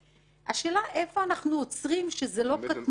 השאלה, איפה אנחנו עוצרים שזה לא קטנוני?